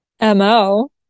mo